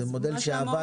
זה מודל שעבד.